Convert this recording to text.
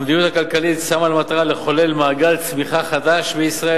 המדיניות הכלכלית שמה לעצמה למטרה לחולל מעגל צמיחה חדש בישראל,